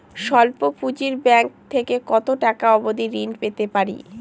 স্বল্প পুঁজির ব্যাংক থেকে কত টাকা অবধি ঋণ পেতে পারি?